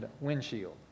windshield